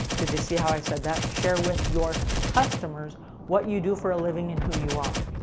did you see how i said that? share with your customers what you do for a living, and who you are.